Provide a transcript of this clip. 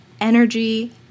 energy